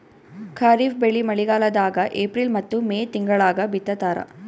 ಖಾರಿಫ್ ಬೆಳಿ ಮಳಿಗಾಲದಾಗ ಏಪ್ರಿಲ್ ಮತ್ತು ಮೇ ತಿಂಗಳಾಗ ಬಿತ್ತತಾರ